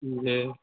جی